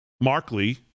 Markley